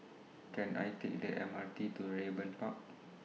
Can I Take The M R T to Raeburn Park